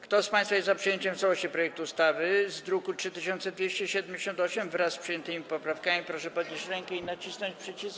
Kto z państwa jest za przyjęciem w całości projektu ustawy z druku nr 3278, wraz z przyjętymi poprawkami, proszę podnieść rękę i nacisnąć przycisk.